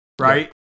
right